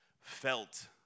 felt